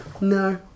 no